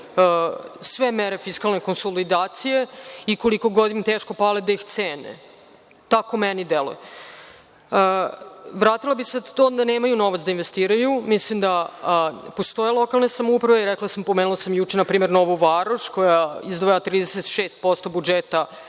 sve mere fiskalne konsolidacije i, koliko god im teško pale, da ih cene, tako meni deluje. Vratila bih se na to da nemaju novac da investiraju, mislim da postoje lokalne samouprave, pomenula sam juče Novu Varoš koja izdvaja 36% budžeta